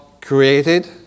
created